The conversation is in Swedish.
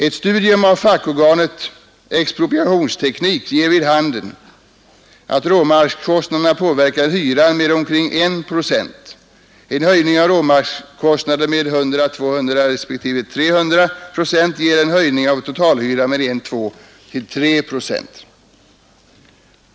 Ett studium av fackorganet Expropriationsteknik ger vid handen att råmarkskostnaderna påverkar hyran med omkring 1 procent. En höjning av råmarkskonstnaden med 100, 200 respektive 300 procent ger en höjning av totalhyran med 1, 2 respektive 3 procent.